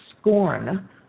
scorn